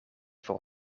voor